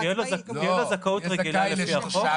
תהיה לו זכאות רגילה לפי החוק.